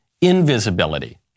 invisibility